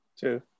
Two